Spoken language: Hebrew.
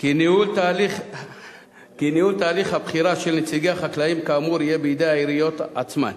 כי ניהול תהליך הבחירה של נציגי החקלאים כאמור יהיה בידי העיריות עצמן.